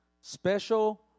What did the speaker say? special